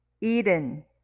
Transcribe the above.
Eden